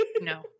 No